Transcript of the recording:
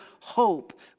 hope